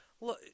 look